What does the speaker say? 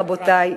רבותי,